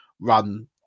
run